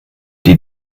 die